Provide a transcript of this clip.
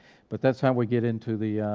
but that's how we get into the